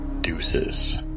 Deuces